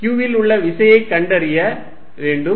q இல் உள்ள விசையை கண்டறிய வேண்டும்